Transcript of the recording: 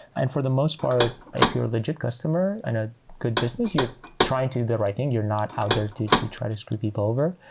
and for the most part, if you're a legit customer and a good business, you're trying to do the right thing. you're not out there to to try to screw people over.